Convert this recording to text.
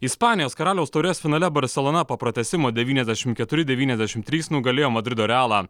ispanijos karaliaus taurės finale barselona po pratęsimo devyniasdešim keturi devyniasdešimt trys nugalėjo madrido realą